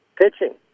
Pitching